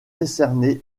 décernée